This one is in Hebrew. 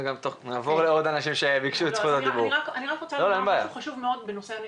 משהו חשוב בנושא הנתונים.